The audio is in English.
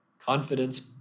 confidence